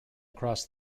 across